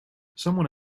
someone